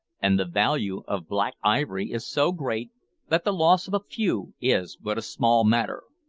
and the value of black ivory is so great that the loss of a few is but a small matter.